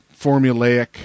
formulaic